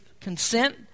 consent